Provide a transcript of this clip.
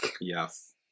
Yes